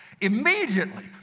Immediately